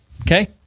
Okay